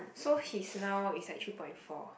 so he's now it's like three point four